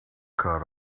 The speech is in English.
cut